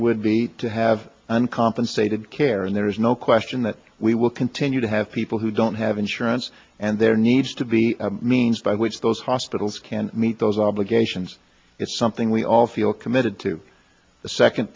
would be to have uncompensated care and there is no question that we will continue to have people who don't have insurance and there needs to be a means by which those hospitals can meet those obligations it's something we all feel committed to the second